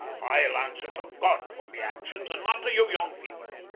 i'll answer to god for me actions, and not to you young people.